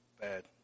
bad